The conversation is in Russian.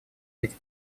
ведь